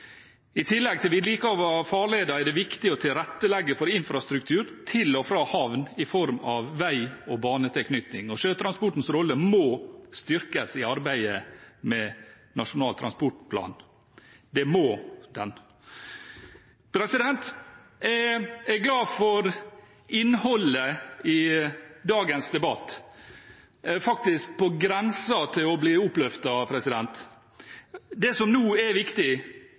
I tillegg til vedlikehold av farleder er det viktig å tilrettelegge for infrastruktur til og fra havn i form av vei- og banetilknytning. Sjøtransportens rolle må styrkes i arbeidet med Nasjonal transportplan – det må den. Jeg er glad for innholdet i dagens debatt. Jeg er faktisk på grensen til å bli oppløftet. Det som nå er viktig,